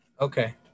Okay